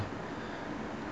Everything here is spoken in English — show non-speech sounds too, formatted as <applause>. <breath>